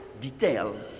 detail